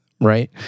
right